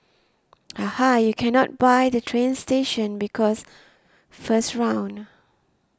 aha you cannot buy the train station because first round